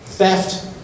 Theft